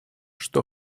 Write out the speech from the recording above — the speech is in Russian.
что